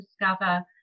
discover